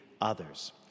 others